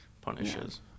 punishes